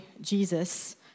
Jesus